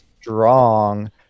strong